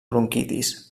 bronquitis